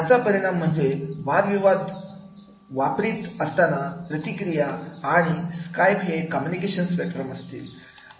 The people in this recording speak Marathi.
याचा परिणाम म्हणजे वाद विवाद वापरीत असताना प्रतिक्रिया आणि स्काईप हे कम्युनिकेशनचे स्पेक्ट्रम असतील